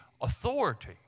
authority